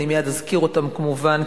אני מייד אזכיר אותם כמובן,